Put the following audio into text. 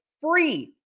Free